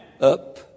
Up